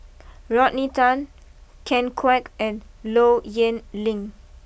Rodney Tan Ken Kwek and Low Yen Ling